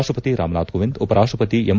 ರಾಷ್ಟಪತಿ ರಾಮನಾಥ್ ಕೋವಿಂದ್ ಉಪರಾಷ್ಟಪತಿ ಎಂ